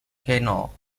canal